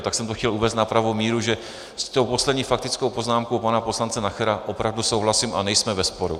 Tak jsem to chtěl uvést na pravou míru, že s tou poslední faktickou poznámkou pana poslance Nachera opravdu souhlasím a nejsme ve sporu.